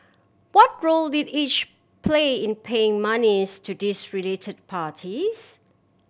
what role did each play in paying monies to these related parties